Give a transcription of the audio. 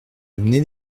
amené